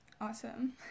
Awesome